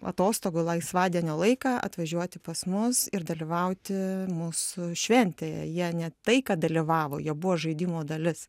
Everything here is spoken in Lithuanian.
atostogų laisvadienio laiką atvažiuoti pas mus ir dalyvauti mūsų šventėje jie ne tai kad dalyvavo jie buvo žaidimo dalis